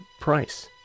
Price